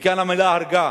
וכאן המלה הרגה.